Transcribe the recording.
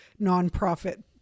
nonprofit